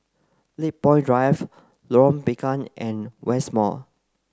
Lakepoint Drive Lorong Bengkok and West Mall